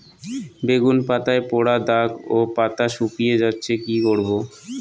বেগুন পাতায় পড়া দাগ ও পাতা শুকিয়ে যাচ্ছে কি করব?